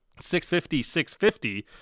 650-650